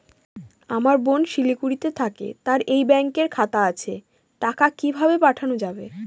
আমার বোন শিলিগুড়িতে থাকে তার এই ব্যঙকের খাতা আছে টাকা কি ভাবে পাঠানো যাবে?